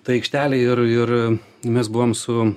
ta aikštelė ir ir mes buvom su